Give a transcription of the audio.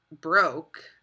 broke